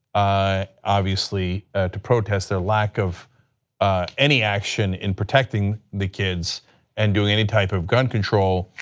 ah obviously to protest a lack of any action in protecting the kids and doing any type of gun control.